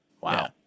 Wow